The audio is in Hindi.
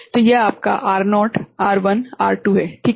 तो यह आपका R0 R1 R2 है ठीक है